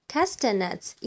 Castanets